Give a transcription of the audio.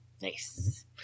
Nice